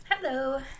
Hello